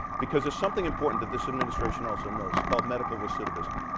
because there's something important that this administration also knows. it's called medical recidivism.